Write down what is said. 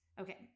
Okay